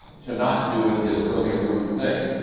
to not do it is really a rude thing.